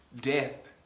Death